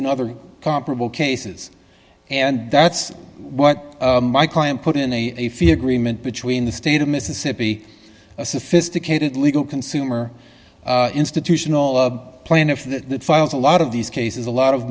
in other comparable cases and that's what my client put in a fee agreement between the state of mississippi a sophisticated legal consumer institutional of plaintiff the files a lot of these cases a lot of